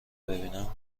ببینم